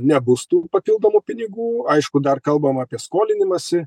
nebus tų papildomų pinigų aišku dar kalbam apie skolinimąsi